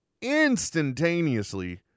instantaneously